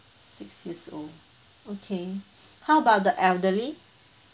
six years old okay how about the elderly